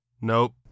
nope